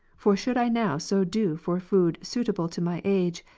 for should i now so do for food suitable to my age,